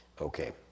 Okay